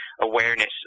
awareness